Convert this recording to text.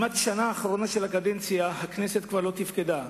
בשנה האחרונה של הקדנציה הכנסת כמעט לא תפקדה.